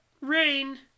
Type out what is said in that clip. Rain